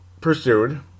pursued